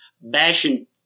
bashing